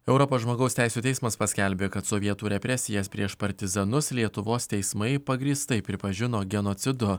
europos žmogaus teisių teismas paskelbė kad sovietų represijas prieš partizanus lietuvos teismai pagrįstai pripažino genocidu